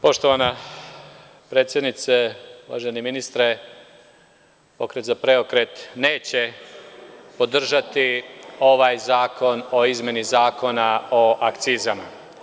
Poštovana predsednice, uvaženi ministre, Pokret za PREOKRET neće podržati ovaj zakon o izmeni Zakona o akcizama.